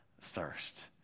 thirst